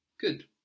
Good